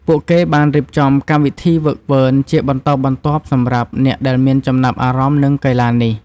ពួកគេបានរៀបចំកម្មវិធីហ្វឹកហ្វឺនជាបន្តបន្ទាប់សម្រាប់អ្នកដែលមានចំណាប់អារម្មណ៍នឹងកីឡានេះ។